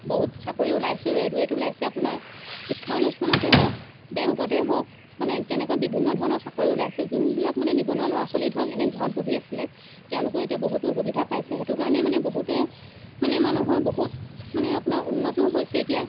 বহুত চাকৰি ওলাইছে ৰে'লৱে'ত ওলাইছে আপোনাৰ শিক্ষা অনুষ্ঠানতে হওক বেংকতে হওক মানে তেনেকুৱা বিভিন্ন ধৰণৰ চাকৰি ওলাইছে যোনবিলাক মানে নিবনুৱা ল'ৰা ছাৱালীয়ে ধৰক এনে ঘৰত বহি আছিলে তেওঁলোকো এতিয়া বহুতো সুবিধা পাইছে সেইটো কাৰণে মানে বহুতে মানে মানুহৰ বহুত মানে আপোনাৰ উন্নতো হৈছে এতিয়া